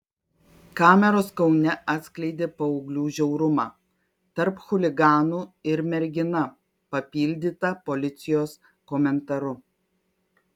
kameros kaune atskleidė paauglių žiaurumą tarp chuliganų ir mergina papildyta policijos komentaru